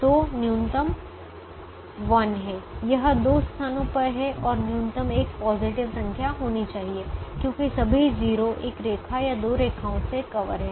तो न्यूनतम 1 है यह दो स्थानों पर है और न्यूनतम एक पॉजिटिव संख्या होनी चाहिए क्योंकि सभी 0 एक रेखा या दो रेखाओं से कवर हैं